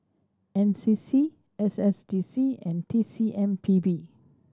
N C C S S D C and T C M P B